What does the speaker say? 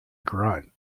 grunt